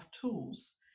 tools